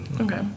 Okay